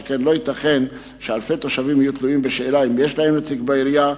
שכן לא ייתכן שאלפי תושבים יהיו תלויים בשאלה אם יש להם נציג בעירייה.